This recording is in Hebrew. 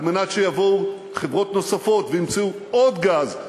על מנת שיבואו חברות נוספות וימצאו עוד גז,